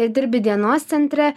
dirbi dienos centre